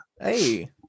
Hey